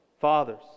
Fathers